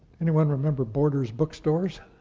anyone remember borders book stores?